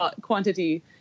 quantity